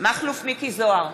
מכלוף מיקי זוהר,